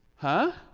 huh,